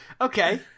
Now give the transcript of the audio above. Okay